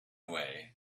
way